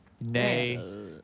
Nay